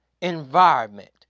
environment